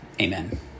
Amen